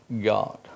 God